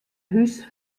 hús